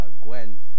Gwen